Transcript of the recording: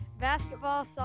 basketball